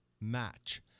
match